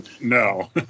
No